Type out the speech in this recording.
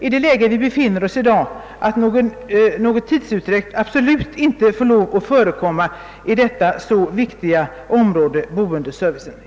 I det läge där vi i dag befinner oss anser jag att någon tidsutdräkt absolut inte får förekomma vid behandlingen av den så viktiga frågan om boendeservicen.